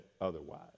otherwise